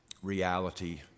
reality